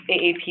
AAP